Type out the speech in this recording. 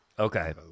Okay